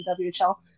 WHL